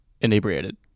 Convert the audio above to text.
inebriated